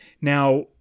Now